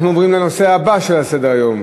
אנחנו עוברים לנושא הבא על סדר-היום: